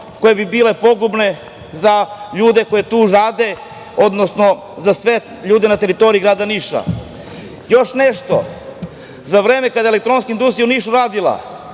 koje bi bile pogubne za ljude koji tu rade, odnosno za sve ljude na teritoriji grada Niša? Još nešto. Za vreme kada je Elektronska industrija u Nišu radila